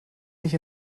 mich